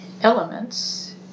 elements